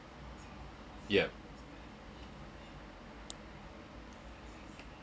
yeah